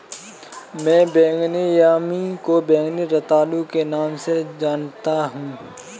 मैं बैंगनी यामी को बैंगनी रतालू के नाम से जानता हूं